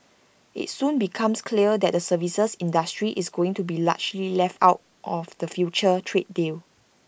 IT soon becomes clear that the services industry is going to be largely left out of the future trade deal